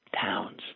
towns